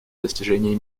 достижение